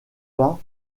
pas